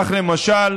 למשל,